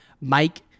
Mike